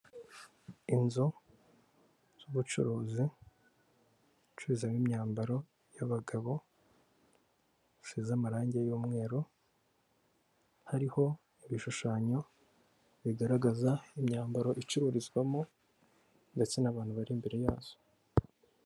Inzu z'ubucuruzi bacururicuzamo imyambaro y'abagabo hasize amarange y'umweru, hariho ibishushanyo bigaragaza imyambaro icururizwamo ndetse n'abantu bari imbere yazo.